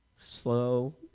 slow